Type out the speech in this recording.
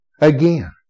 Again